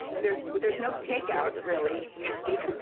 there's there's no takeout, really, to speak of,